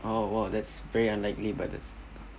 oh !wow! that's very unlikely by this